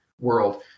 world